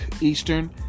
Eastern